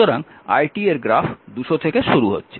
সুতরাং i এর graph 200 থেকে শুরু হচ্ছে